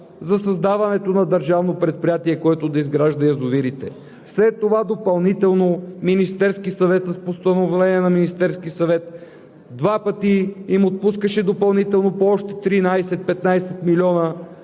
за създаването на държавно предприятие, което да изгражда язовирите. След това допълнително Министерският съвет с постановление два пъти им отпускаше допълнително по още 13 – 15 млн.